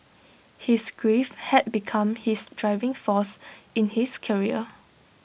his grief had become his driving force in his career